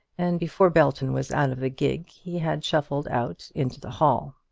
and before belton was out of the gig he had shuffled out into the hall.